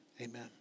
Amen